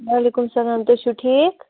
وعلیکُم سلام تُہۍ چھُو ٹھیٖک